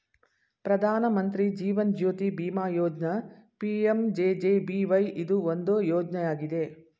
ಪ್ರಧಾನ ಮಂತ್ರಿ ಜೀವನ್ ಜ್ಯೋತಿ ಬಿಮಾ ಯೋಜ್ನ ಪಿ.ಎಂ.ಜೆ.ಜೆ.ಬಿ.ವೈ ಇದು ಒಂದು ಯೋಜ್ನಯಾಗಿದೆ